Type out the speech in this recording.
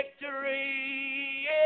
victory